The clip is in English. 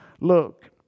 Look